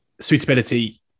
suitability